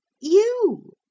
you